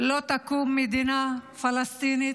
שלא תקום מדינה פלסטינית,